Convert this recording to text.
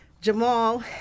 Jamal